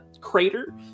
crater